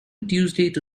tuesday